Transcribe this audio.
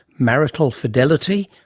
marital fidelity,